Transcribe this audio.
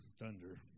thunder